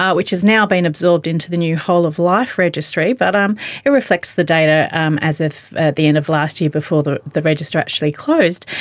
ah which has now been absorbed into the new whole of life registry, but um it reflects the data um as of the end of last year before the the register actually closed.